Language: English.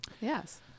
Yes